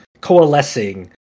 coalescing